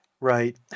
Right